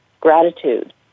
gratitude